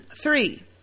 Three